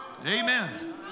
Amen